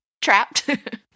trapped